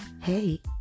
Hey